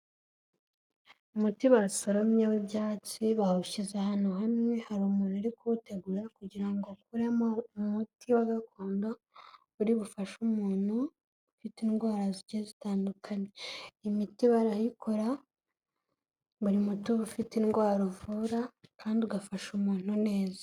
Umuti basaromye w'ibyatsi bawushyize ahantu hamwe hari umuntu uri kuwutegura kugira ngo akuremo umuti wa gakondo uri bufashe umuntu ufite indwara zigiye zitandukanye, imiti barayikora buri muti uba ufite indwara uvura kandi ugafasha umuntu neza.